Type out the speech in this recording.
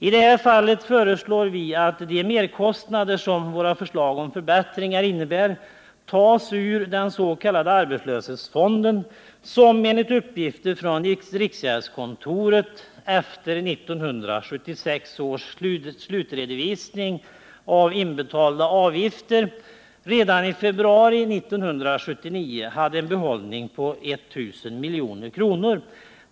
I det här fallet föreslår vi att de merkostnader som våra förslag till förbättringar innebär tas ur den s.k. arbetslöshetsfonden, som enligt uppgifter från riksgäldskontoret — efter 1976 års slutredovisning av inbetalda avgifter — redan i februari 1979 hade en behållning på 1 000 milj.kr.